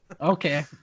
Okay